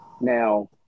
Now